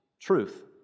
Truth